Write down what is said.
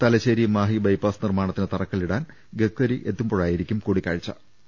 Thalassery Mahe bypass നിർമ്മാണത്തിന് തറക്കല്ലിടാൻ ഗഡ്ഗരി എത്തുമ്പോഴായിരിക്കും കൂടി ക്കാഴ്ച്ചു